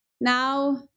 Now